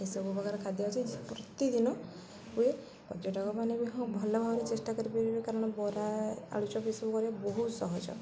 ଏସବୁ ପ୍ରକାର ଖାଦ୍ୟ ଅଛି ପ୍ରତିଦିନ ହୁଏ ପର୍ଯ୍ୟଟକ ମାନେ ବି ହଁ ଭଲ ଭାବରେ ଚେଷ୍ଟା କରିପାରିବେ କାରଣ ବରା ଆଳୁଚପ ଏସବୁ କରିବା ବହୁତ ସହଜ